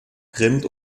rind